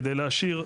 כדי להשאיר,